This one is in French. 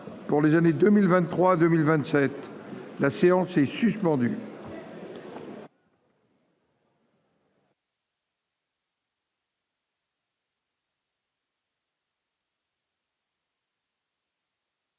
pour les années 2023 2027, la séance est suspendue.